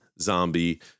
zombie